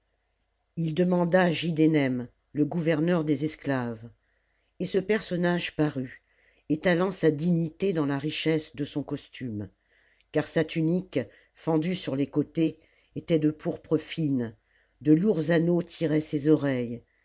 ii demanda giddenem le gouverneur des esclaves et ce personnage parut étalant sa dignité dans la richesse de son costume car sa tunique fendue sur les côtés était de pourpre fine de lourds anneaux tiraient ses oreilles